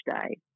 day